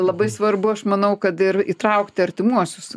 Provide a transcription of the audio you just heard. labai svarbu aš manau kad ir įtraukti artimuosius